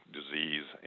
disease